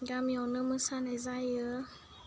गामियावनो मोसानाय जायो